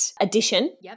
edition